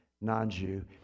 non-Jew